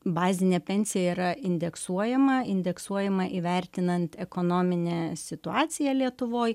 bazinė pensija yra indeksuojama indeksuojama įvertinant ekonominę situaciją lietuvoj